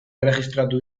erregistratu